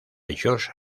george